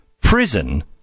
prison